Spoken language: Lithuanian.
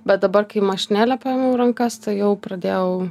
bet dabar kai mašinėlę paėmiau į rankas tai jau pradėjau